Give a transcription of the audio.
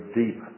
deep